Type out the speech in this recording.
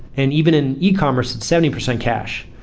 and even in yeah e-commerce, seventy percent cash.